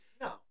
No